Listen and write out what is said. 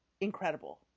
incredible